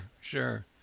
sure